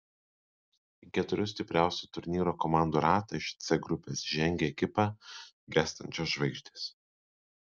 į keturių stipriausių turnyro komandų ratą iš c grupės žengė ekipa gęstančios žvaigždės